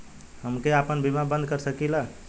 हमके आपन बीमा बन्द कर सकीला?